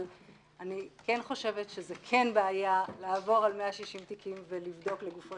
אבל אני כן חושבת שזה כן בעיה לעבור על 160 תיקים ולבדוק לגופו